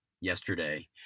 yesterday